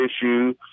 issue